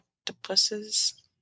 octopuses